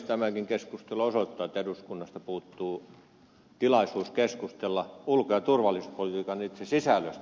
tämäkin keskustelu osoittaa että eduskunnasta puuttuu tilaisuus keskustella ulko ja turvallisuuspolitiikan itse sisällöstä